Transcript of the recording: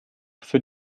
für